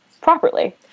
properly